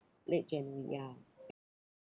late january ya